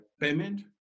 payment